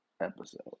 episode